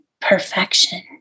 perfection